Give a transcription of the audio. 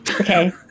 Okay